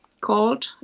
called